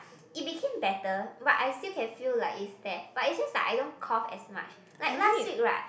it became better but I still can feel like it's there but it's just that I don't cough as much like last week right